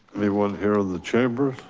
maybe one here are the chamber.